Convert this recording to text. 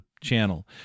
channel